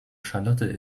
charlotte